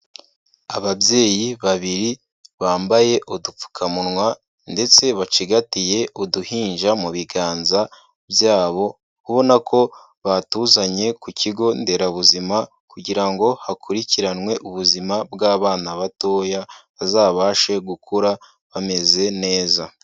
Ababyeyi babiri bambaye udupfukamunwa ndetse bacigatiye uduhinja mu biganza byabo, ubona na ko batuzanye ku kigo nderabuzima kugira ngo hakurikiranwe ubuzima bw'abana batoya bazabashe gukura bameze neza.